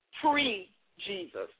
Pre-Jesus